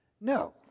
No